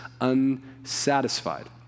unsatisfied